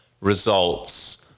results